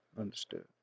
understood